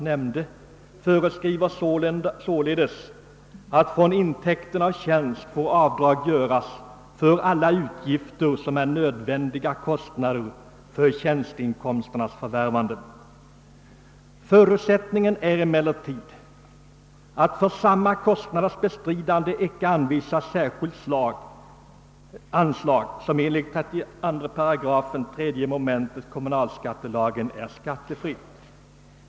nämnde, föreskriver således att från intäkten av tjänst avdrag får göras för alla utgifter som är nödvändiga för tjänsteinkomsternas förvärvande. ningen är emellertid att för samma kostnaders bestridande inte anvisas särskilt anslag som enligt 32 § 3 mom. kommunalskattelagen är skattefritt.